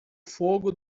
fogo